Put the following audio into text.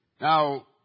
Now